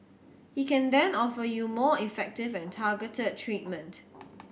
he can then offer you more effective and targeted treatment